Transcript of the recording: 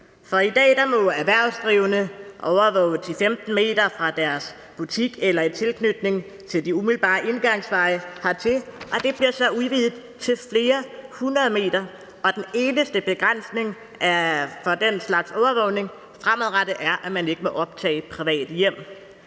I dag må erhvervsdrivende overvåge 10-15 m fra deres butik eller i tilknytning til de umiddelbare indgangsveje hertil, og det bliver så udvidet til flere hundrede meter, og den eneste begrænsning for den slags overvågning er fremadrettet, at man ikke må optage i private hjem.